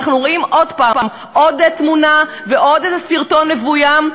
ואנחנו רואים עוד פעם עוד תמונה ועוד איזה סרטון מבוים,